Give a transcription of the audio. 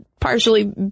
partially